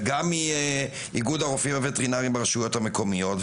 גם מאיגוד הרופאים הווטרינרים ברשויות המקומיות,